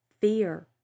fear